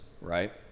right